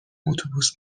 اتوبوس